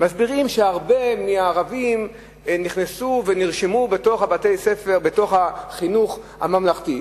מסבירים שהרבה מהערבים נכנסו ונרשמו בבתי-הספר של החינוך הממלכתי.